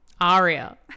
Aria